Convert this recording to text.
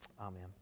Amen